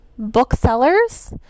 booksellers